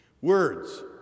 Words